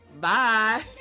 Bye